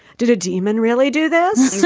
did a demon really do this